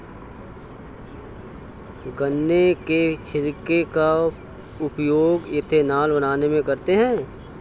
गन्ना के छिलके का उपयोग एथेनॉल बनाने में करते हैं